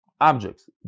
objects